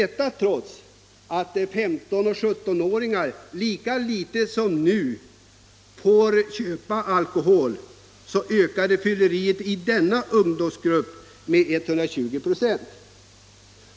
Trots att 15-17-åringar då lika litet som nu fick köpa alkohol ökade fylleriet i denna ungdomsgrupp med 120 "6.